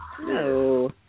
No